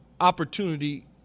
opportunity